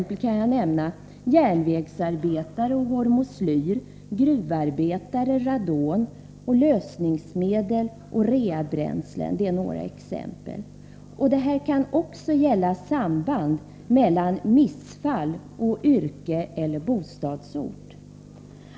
Jag kan nämna järnvägsarbetare och hormoslyr, gruvarbetare och radon, lösningsmedel och reabränslen, för att ta några exempel. Det kan också gälla samband mellan missfall och yrke eller bostadsort.